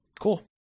Cool